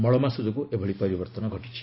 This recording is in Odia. ମଳମାସ ଯୋଗୁଁ ଏଭଳି ପରିବର୍ତ୍ତନ ହୋଇଛି